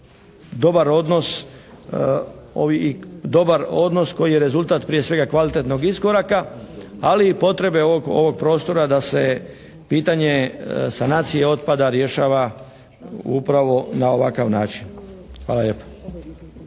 dobar odnos koji je rezultat prije svega kvalitetnog iskoraka, ali i potrebe oko ovog prostora da se pitanje sanacije otpada rješava upravo na ovakav način. Hvala lijepo.